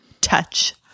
touch